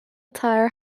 tyre